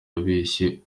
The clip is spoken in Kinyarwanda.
yabeshye